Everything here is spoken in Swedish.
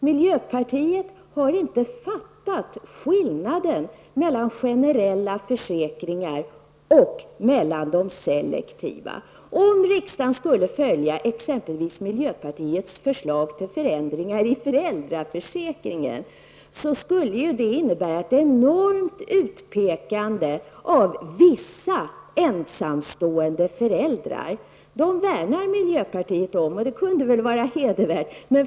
Miljöpartiet har inte fattat skillnaden mellan generell och selektiv sjukförsäkring. Om riksdagen skulle följa exempelvis miljöpartiets förslag till en förändring av föräldraförsäkringen, skulle det innebära ett enormt utpekande av vissa ensamstående föräldrar. Dessa föräldrar värnar miljöpartiet om och det kan ju vara hedervärt.